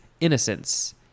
innocence